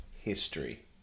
history